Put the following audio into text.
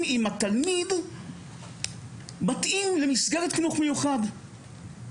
האם התלמיד מתאים למסגרת חינוך מיוחד,